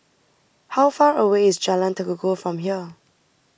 how far away is Jalan Tekukor from here